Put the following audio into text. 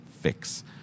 fix